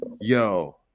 Yo